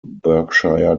berkshire